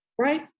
right